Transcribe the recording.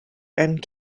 and